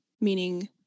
meaning